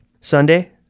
Sunday